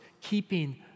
keeping